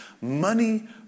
Money